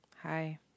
hi